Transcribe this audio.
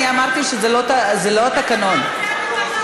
אני אמרתי שזה לא התקנון, את אמרת: זה התקנון.